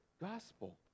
gospel